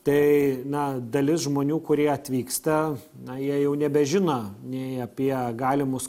tai na dalis žmonių kurie atvyksta na jie jau nebežino nei apie galimus